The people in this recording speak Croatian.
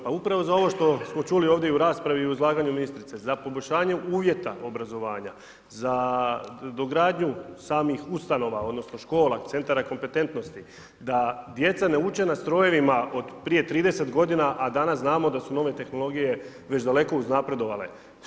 Pa upravo za ovo što smo čuli ovdje i u raspravi i u izlaganju ministrice za poboljšanje uvjeta obrazovanja, za dogradnju samih ustanova, odnosno škola, centara kompetentnosti, da djeca ne uče na strojevima od prije 30 godina, a danas znamo da su nove tehnologije već daleki uznapredovale.